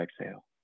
exhale